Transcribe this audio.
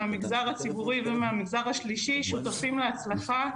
מהמגזר הציבורי ומהמגזר השלישי שותפים להצלחה.